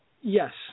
Yes